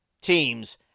teams